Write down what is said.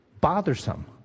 bothersome